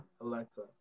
Alexa